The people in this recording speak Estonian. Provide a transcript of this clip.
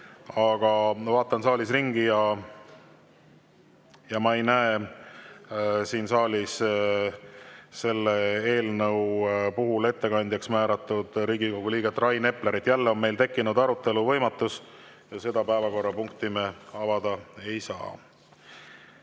ma vaatan saalis ringi ja ma ei näe siin saalis selle eelnõu ettekandjaks määratud Riigikogu liiget Rain Eplerit. Jälle on meil tekkinud arutelu võimatus ja selle päevakorrapunkti arutelu me avada ei saa.